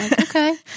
Okay